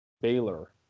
Baylor